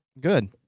Good